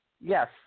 Yes